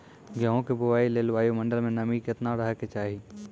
गेहूँ के बुआई लेल वायु मंडल मे नमी केतना रहे के चाहि?